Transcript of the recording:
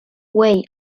way